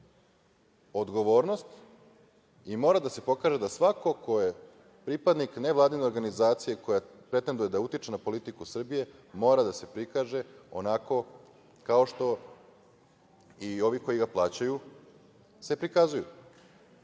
odgovornost i mora da se pokaže da svako ko je pripadnik nevladine organizacije koja pretenduje da utiče na politiku Srbije mora da se prikaže onako kao što i ovi koji ga plaćaju se prikazuju.